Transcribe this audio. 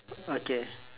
okay